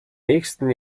nächsten